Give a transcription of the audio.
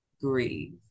grieve